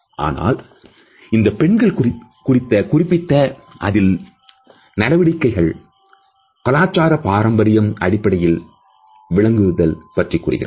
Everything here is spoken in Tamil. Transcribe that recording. ஆனால் இந்த பெண்கள் குறித்த குறிப்பிட்ட அதில் நடவடிக்கைகள் கலாச்சார பாரம்பரியம் அடிப்படையில் விளக்குதல் பற்றி கூறுகிறார்